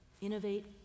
innovate